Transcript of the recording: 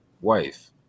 wife